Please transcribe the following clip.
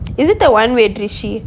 is it the one with ridshi